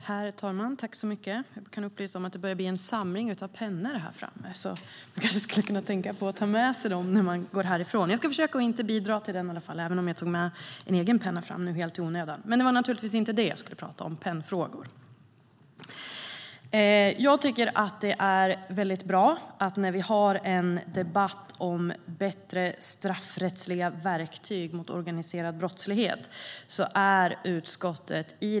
Herr talman! Det bra att utskottet i det stora hela är överens i debatten om bättre straffrättsliga verktyg mot organiserad brottslighet.